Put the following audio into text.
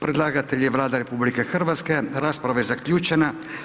Predlagatelj je Vlada RH, rasprava je zaključena.